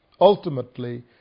Ultimately